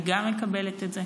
אני מקבלת גם את זה.